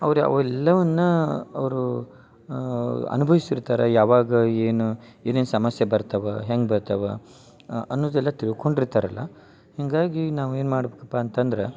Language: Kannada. ಅವ್ರ ಅವೆಲ್ಲವನ್ನಾ ಅವರು ಅನ್ಭವಿಸಿರ್ತಾರ ಯಾವಾಗ ಏನು ಏನೇನು ಸಮಸ್ಯೆ ಬರ್ತವ ಹೆಂಗೆ ಬರ್ತವ ಅನ್ನುದೆಲ್ಲ ತಿಳ್ಕೊಂಡು ಇರ್ತಾರಲ್ಲ ಹೀಗಾಗಿ ನಾವು ಏನು ಮಾಡ್ಬೇಕಪ್ಪ ಅಂತಂದ್ರ